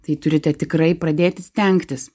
tai turite tikrai pradėti stengtis